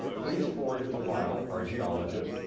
please forward it to lyell, our geologist,